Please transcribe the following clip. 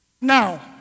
now